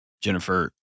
Jennifer